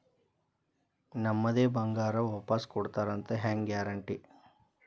ನಮ್ಮದೇ ಬಂಗಾರ ವಾಪಸ್ ಕೊಡ್ತಾರಂತ ಹೆಂಗ್ ಗ್ಯಾರಂಟಿ?